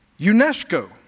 UNESCO